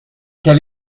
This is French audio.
quel